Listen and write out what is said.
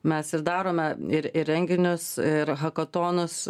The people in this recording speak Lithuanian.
mes ir darome ir ir renginius ir hakotonus